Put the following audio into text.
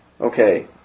okay